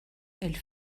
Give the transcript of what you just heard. elle